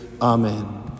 Amen